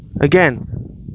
Again